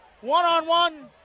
One-on-one